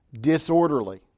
disorderly